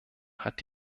hat